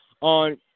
on